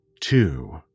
two